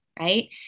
right